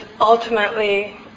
ultimately